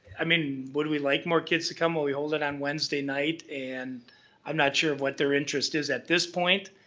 i mean, would we like more kids to come? well, we hold it on wednesday night and i'm not sure of what their interest is at this point.